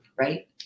right